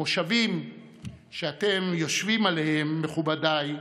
המושבים שאתם יושבים עליהם, מכובדיי,